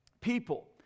people